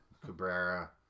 Cabrera